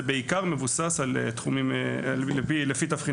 זה מבוסס בעיקר על תבחינים סוציו-אקונומיים.